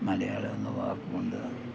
മലയാളം എന്ന വാക്കുകൊണ്ട്